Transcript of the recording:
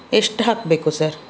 ಎಷ್ಟು ಹಾಕಬೇಕು ಸರ್